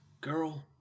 girl